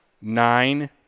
nine